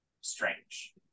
strange